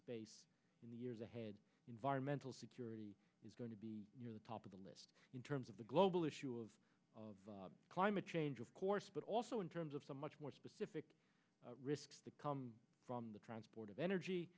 space in the years ahead environmental security is going to be the top of the list in terms of the global issue of climate change of course but also in terms of so much more specific risks that come from the transport of energy